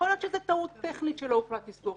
יכול להיות שזה טעות טכנית שלא הוחלט לסגור